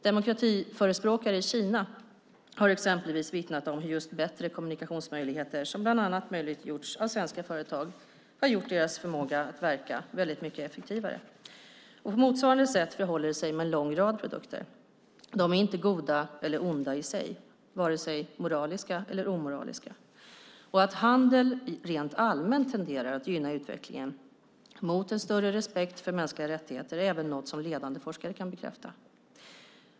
Demokratiförespråkare i Kina har exempelvis vittnat om hur just bättre kommunikationsmöjligheter, som bland annat möjliggjorts av svenska företag, har gjort deras förmåga att verka väldigt mycket effektivare. På motsvarande sätt förhåller det sig med en rad produkter. De är inte goda eller onda i sig, vare sig moraliska eller omoraliska. Och att handel rent allmänt tenderar att gynna utvecklingen mot en större respekt för mänskliga rättigheter är något som även ledande forskare kan bekräfta.